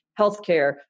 healthcare